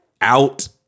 out